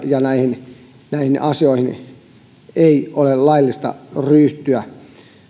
ja näihin näihin asioihin ei ole laillista ryhtyä